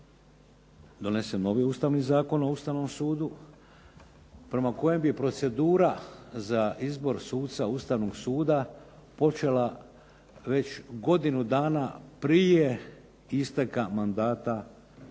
donese novi ustavni Zakon o Ustavnom sudu prema kojem bi procedura za izbor suca Ustavnog suda počela već godinu dana prije isteka mandata jednoga